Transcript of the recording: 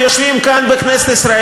יש היסטוריה